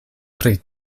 pri